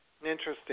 Interesting